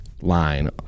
Line